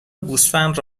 گوسفند